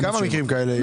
לא, כמה מקרים כאלה יש?